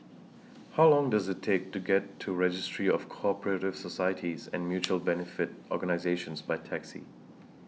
How Long Does IT Take to get to Registry of Co Operative Societies and Mutual Benefit Organisations By Taxi